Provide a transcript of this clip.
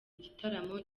igitaramo